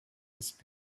his